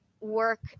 work